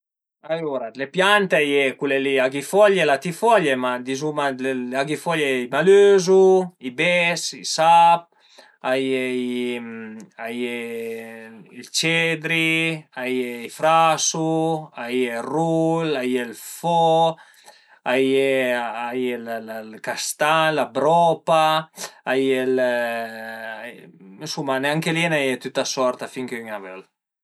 Alura le piante a ie cule li aghifoglie, latifoglie, ma dizuma dë l'aghifoglie a ie i malëzu, i bes, i sap, a ie a ie i cedri, a ie i frasu, a ie ël rul, a ie ël fo, a ie a ie ël castagn, la bropa, a ie ënsuma anche li a ie dë tüta sorta fin che ün a völ